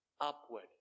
upward